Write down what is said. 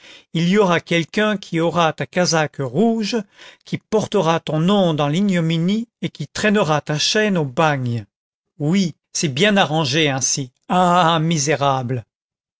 il y aura quelqu'un qui aura ta casaque rouge qui portera ton nom dans l'ignominie et qui traînera ta chaîne au bagne oui c'est bien arrangé ainsi ah misérable